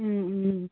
Om Om